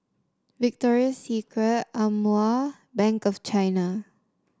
Victoria Secret Amore Bank of China